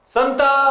Santa